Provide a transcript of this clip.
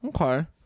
okay